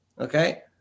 Okay